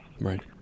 Right